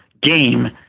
game